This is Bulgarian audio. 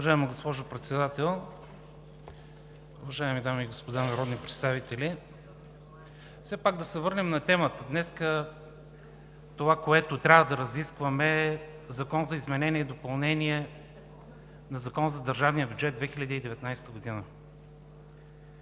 Уважаема госпожо Председател, уважаеми дами и господа народни представители! Все пак да се върнем на темата. Това, което трябва да разискваме днес, е Закон за изменение и допълнение на Закона за държавния бюджет 2019 г.